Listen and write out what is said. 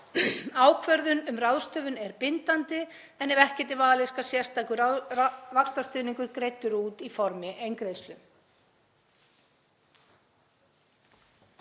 Ákvörðun um ráðstöfun er bindandi en ef ekkert er valið skal sérstakur vaxtastuðningur greiddur út í formi eingreiðslu.